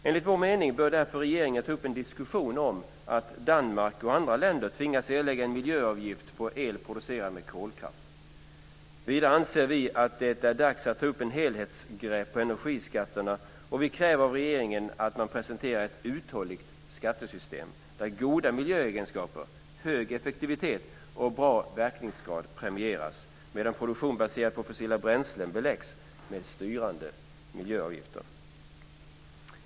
Enligt vår mening bör regeringen därför ta upp en diskussion om att tvinga Danmark och andra länder att erlägga en miljöavgift på el producerad med kolkraft. Vidare anser vi att det är dags att ta ett helheltsgrepp på energiskatterna, och vi kräver att regeringen presenterar ett uthålligt skattesystem där goda miljöegenskaper, hög effektivitet och bra verkningsgrad premieras, medan produktion baserad på fossila bränslen beläggs med styrande miljöavgifter.